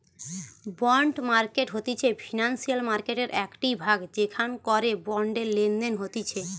bond market হতিছে financial মার্কেটের একটিই ভাগ যেখান করে বন্ডের লেনদেন হতিছে